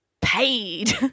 paid